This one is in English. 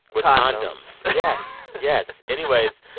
with condoms yes, yes anyways,